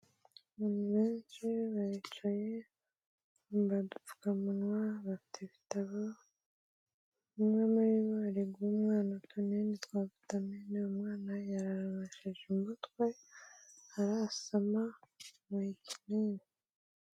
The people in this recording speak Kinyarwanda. Abantu benshi baricaye bambaye udupfukamunwa bafite ibitabo, umwe muri bo ariguha umwana utunini twa vitamine umwana yararamishije umutwe arasama bamuha ikinini.